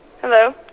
Hello